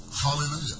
Hallelujah